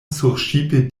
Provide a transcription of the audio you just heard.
surŝipe